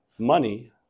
money